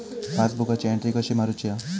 पासबुकाची एन्ट्री कशी मारुची हा?